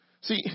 See